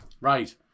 Right